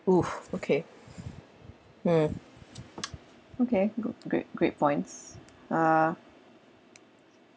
!woo! okay mm okay good great great points uh